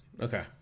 Okay